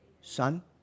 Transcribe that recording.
Son